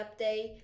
update